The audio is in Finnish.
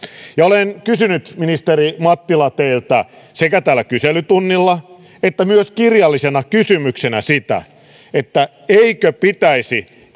olen kysynyt ministeri mattila teiltä sekä täällä kyselytunnilla että myös kirjallisena kysymyksenä sitä että eikö pitäisi